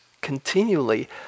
continually